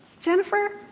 Jennifer